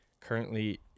Currently